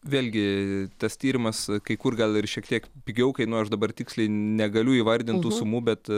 vėlgi tas tyrimas kai kur gal ir šiek tiek pigiau kainuoja aš dabar tiksliai negaliu įvardint tų sumų bet